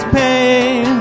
pain